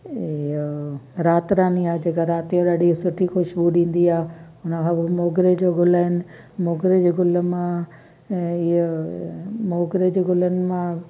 इहो रात रानी आहे जेका राति जो ॾाढी सुठी ख़ुशबू ॾींदी आहे हुनखां पोइ मोगरे जो गुल आहिनि मोगरे जे गुल मां इहो मोगरे जे गुलनि मां